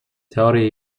teorie